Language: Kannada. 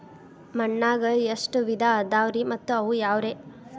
ಮಣ್ಣಾಗ ಎಷ್ಟ ವಿಧ ಇದಾವ್ರಿ ಮತ್ತ ಅವು ಯಾವ್ರೇ?